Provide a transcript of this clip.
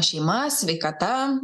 šeima sveikata